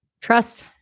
Trust